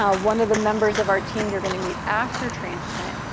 ah one of the members of our team you're gonna meet after transplant,